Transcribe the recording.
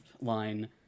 line